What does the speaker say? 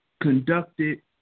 conducted